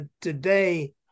today